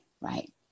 right